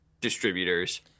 distributors